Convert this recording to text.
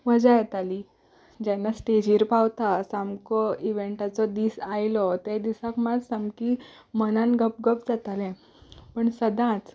मजा येताली जेन्ना स्टेजीर पावता सामको इवेंटाचो दीस आयलो त्या दिसाक मात सामकी मनान घपघप जातालें पूण सदांच